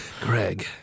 Greg